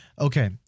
Okay